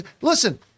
Listen